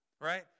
right